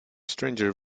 stranger